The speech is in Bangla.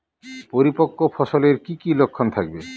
পরিপক্ক ফসলের কি কি লক্ষণ থাকবে?